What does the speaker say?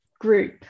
group